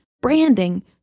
branding